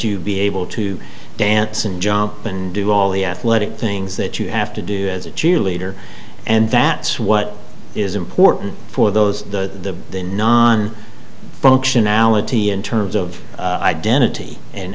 you'd be able to dance and jump and do all the athletic things that you have to do as a cheerleader and that's what is important for those the the non functionality in terms of identity